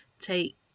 take